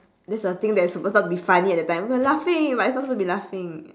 this the thing that is supposed not to be funny at that time we're laughing but we are not supposed to be laughing